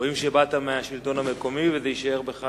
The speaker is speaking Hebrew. רואים שבאת מהשלטון המקומי, וזה יישאר בך